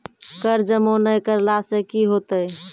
कर जमा नै करला से कि होतै?